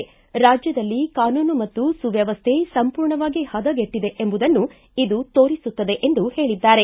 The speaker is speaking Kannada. ರಾಜ್ಯದಲ್ಲಿ ಕಾನೂನು ಮತ್ತು ಸುವ್ಯವಸ್ಥೆ ಸಂಪೂರ್ಣವಾಗಿ ಹದಗೆಟ್ಟದೆ ಎಂಬುದನ್ನು ಇದು ತೋರಿಸುತ್ತದೆ ಎಂದು ಹೇಳಿದ್ದಾರೆ